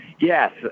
Yes